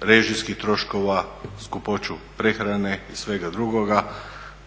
režijskih troškova, skupoću prehrane i svega drugoga